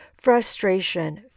frustration